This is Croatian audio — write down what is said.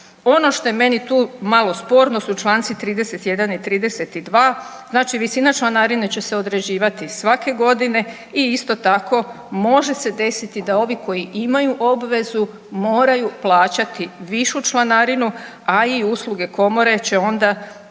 Ono što je meni tu malo sporno su članci 31. i 32. Znači visina članarine će se određivati svake godine i isto tako može se desiti da ovi koji imaju obvezu moraju plaćati višu članarinu, a i usluge Komore će onda